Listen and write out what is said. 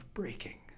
breaking